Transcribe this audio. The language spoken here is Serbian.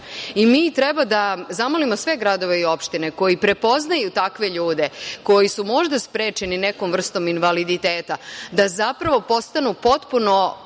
i mi treba da zamolimo sve gradove i opštine koji prepoznaju takve ljude, koji su možda sprečeni nekom vrstom invaliditeta, da zapravo postanu potpuno